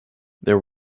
there